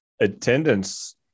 attendance